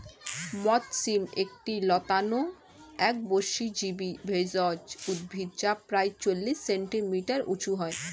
মথ শিম একটি লতানো একবর্ষজীবি ভেষজ উদ্ভিদ যা প্রায় চল্লিশ সেন্টিমিটার উঁচু হয়